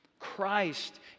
Christ